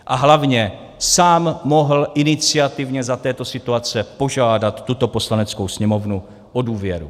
A hlavně sám mohl iniciativně za této situace požádat tuto Poslaneckou sněmovnu o důvěru.